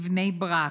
מבני ברק,